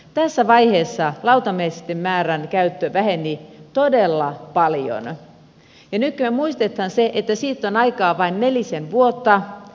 tässä vaiheessa lautamiesten käyttö väheni todella paljon ja nykyään muistetaan se että siitä on aikaa vain nelisen vuotta